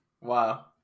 Wow